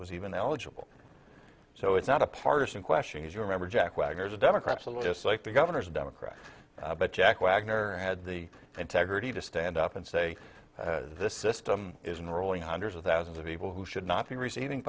was even eligible so it's not a partisan question as you remember jack wagner the democrats a lot just like the governors of democrats but jack wagner had the integrity to stand up and say this system is unrolling hundreds of thousands of people who should not be receiving